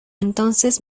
entonces